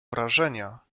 wrażenia